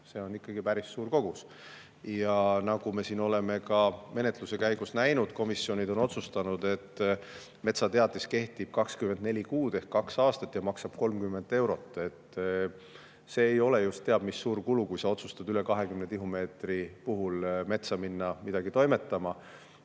See on ikkagi päris suur kogus. Ja nagu me siin oleme menetluse käigus näinud, komisjonid on otsustanud, et metsateatis kehtib 24 kuud ehk kaks aastat ja see maksab 30 eurot. See ei ole just teab mis suur kulu, kui sa otsustad üle 20 tihumeetri puhul metsa minna midagi toimetama.